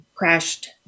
Crashed